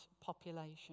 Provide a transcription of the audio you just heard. population